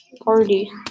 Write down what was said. party